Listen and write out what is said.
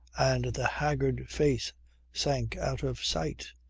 and the haggard face sank out of sight.